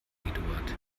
eduard